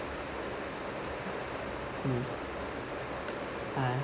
mm uh